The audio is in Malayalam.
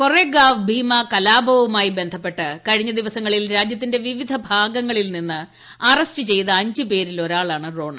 കൊറെഗാവ് ഭീമ കലാപവുമായി ബന്ധപ്പെട്ട് കഴിഞ്ഞ ദിവസങ്ങളിൽ രാജ്യത്തിന്റെ വിവിധ ഭാഗങ്ങളിൽ നിന്ന് അറസ്റ്റ് ചെയ്ത അഞ്ച് പേരിൽ ഒരാളാണ് റോണ